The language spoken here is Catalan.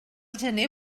gener